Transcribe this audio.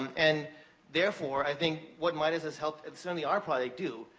and therefore, i think what midas has helped, certainly our part, they do,